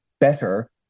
better